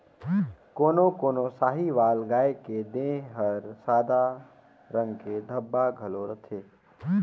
कोनो कोनो साहीवाल गाय के देह हर सादा रंग के धब्बा घलो रहथे